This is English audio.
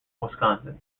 wisconsin